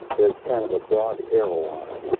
kind of broad arrow on it.